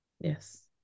Yes